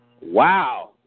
Wow